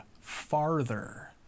farther